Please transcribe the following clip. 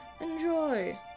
Enjoy